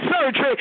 surgery